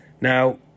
Now